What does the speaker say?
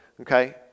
Okay